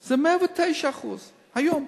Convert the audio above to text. זה 109%. היום.